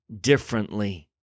differently